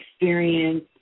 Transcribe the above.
experience